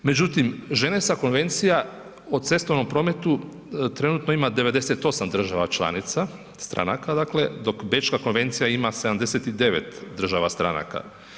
Međutim Ženevska konvencija o cestovnom prometu trenutno ima 98 država članica, stranaka dakle, dok Bečka konvencija ima 79 država stranaka.